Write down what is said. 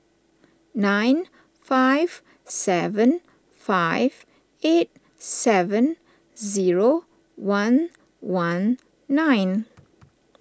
nine five seven five eight seven zero one one nine